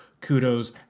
kudos